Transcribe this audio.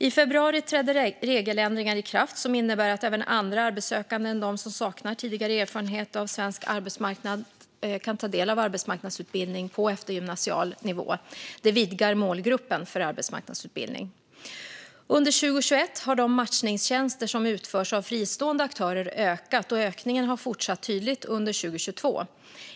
I februari trädde regeländringar i kraft som innebär att även andra arbetssökande än de som saknar tidigare erfarenhet av svensk arbetsmarknad kan ta del av arbetsmarknadsutbildning på eftergymnasial nivå. Det vidgar målgruppen för arbetsmarknadsutbildning. Under 2021 har de matchningstjänster som utförs av fristående aktörer ökat, och ökningen har fortsatt tydligt under 2022.